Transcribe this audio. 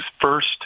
first